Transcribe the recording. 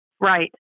Right